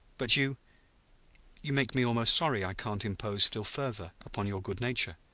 but you you make me almost sorry i can't impose still further upon your good nature.